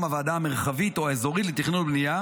הוועדה המרחבית או האזורית לתכנון ובנייה,